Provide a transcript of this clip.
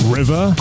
river